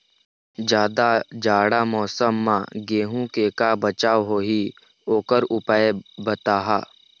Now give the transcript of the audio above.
जादा जाड़ा मौसम म गेहूं के का बचाव होही ओकर उपाय बताहा?